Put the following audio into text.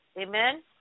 Amen